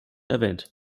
erwähnt